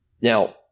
Now